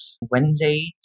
Wednesday